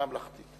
ממלכתית.